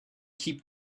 keep